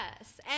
Yes